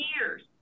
years